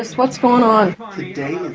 what's um ah the day